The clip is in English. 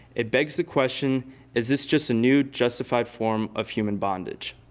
it begs the question is this just a new justified form of human bondage?